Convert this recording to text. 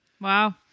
Wow